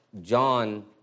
John